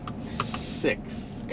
Six